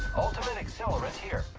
like sellers here